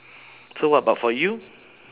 so what about for you